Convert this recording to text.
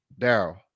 Daryl